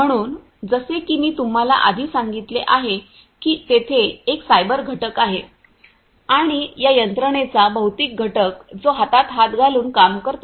म्हणून जसे की मी तुम्हाला आधी सांगितले आहे की तेथे एक सायबर घटक आहे आणि या यंत्रणेचा भौतिक घटक जो हातात हात घालून काम करतो